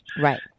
Right